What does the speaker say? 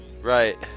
Right